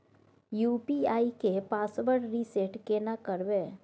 UPI के password reset केना करबे?